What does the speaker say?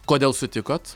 kodėl sutikot